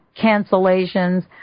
cancellations